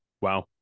Wow